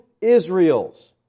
Israels